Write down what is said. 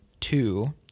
two